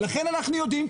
ולכן אנחנו יודעים,